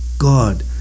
God